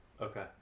okay